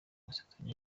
amasezerano